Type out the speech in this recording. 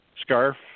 scarf